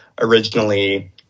originally